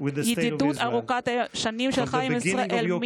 על הידידות ארוכת השנים שלך עם ישראל.